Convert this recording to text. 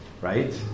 right